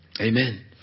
Amen